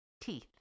teeth